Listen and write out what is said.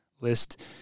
list